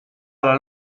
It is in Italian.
alla